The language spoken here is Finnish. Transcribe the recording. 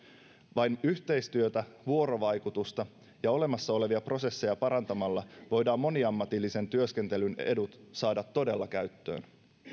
vain yhteistyötä vuorovaikutusta ja olemassa olevia prosesseja parantamalla voidaan moniammatillisen työskentelyn edut saada todella käyttöön